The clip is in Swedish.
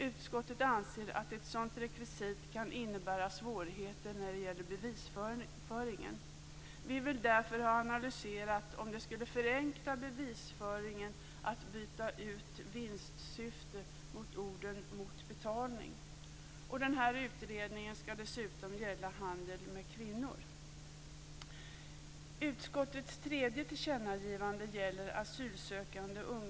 Utskottet anser att ett sådant rekvisit kan innebära svårigheter när det gäller bevisföringen. Vi vill därför ha analyserat om det skulle förenkla bevisföringen att byta ut "vinstsyfte" mot orden "mot betalning". Den här utredningen skall dessutom gälla handel med kvinnor.